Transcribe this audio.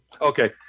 Okay